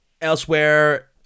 Elsewhere